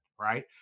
right